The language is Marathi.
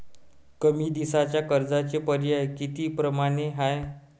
कमी दिसाच्या कर्जाचे पर्याय किती परमाने हाय?